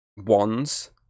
wands